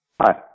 Hi